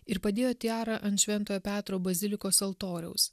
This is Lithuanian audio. ir padėjo tiara ant šventojo petro bazilikos altoriaus